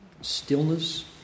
stillness